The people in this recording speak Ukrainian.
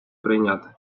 прийняти